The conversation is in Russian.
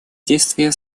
действия